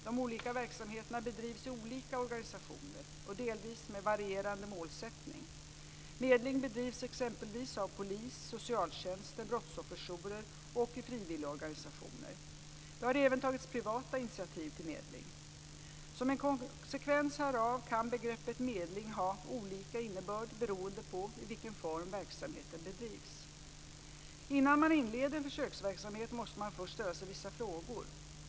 De olika verksamheterna bedrivs i olika organisationer och delvis med varierande målsättning. Medling bedrivs exempelvis av polisen, socialtjänsten, brottsofferjourer och i frivilligorganisationer. Det har även tagits privata initiativ till medling. Som en konsekvens härav kan begreppet medling ha olika innebörd beroende på i vilken form verksamheten bedrivs. Innan man inleder en försöksverksamhet måste man först ställa sig vissa frågor.